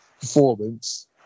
performance